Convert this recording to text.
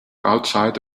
outside